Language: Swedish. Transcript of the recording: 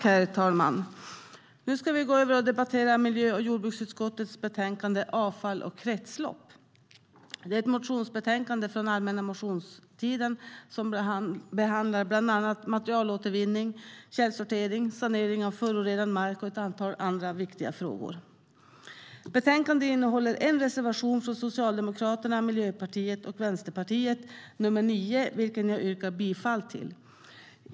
Herr talman! Vi ska nu debattera miljö och jordbruksutskottets betänkande Avfall och kretslopp . Det är ett motionsbetänkande från allmänna motionstiden som behandlar materialåtervinning, källsortering, sanering av förorenad mark och ett antal andra viktiga frågor. Betänkandet innehåller en reservation från Socialdemokraterna, Miljöpartiet och Vänsterpartiet, nr 9, vilken jag yrkar bifall till.